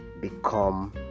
become